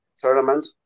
Tournament